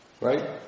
Right